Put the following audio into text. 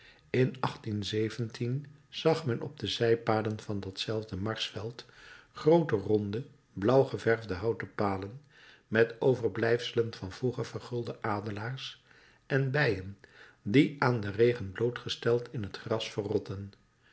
in zag men op de zijpaden van datzelfde marsveld groote ronde blauw geverfde houten palen met overblijfselen van vroeger vergulde adelaars en bijen die aan den regen blootgesteld in het gras verrotten